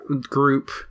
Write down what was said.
group